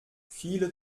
viele